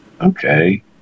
Okay